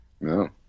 No